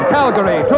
Calgary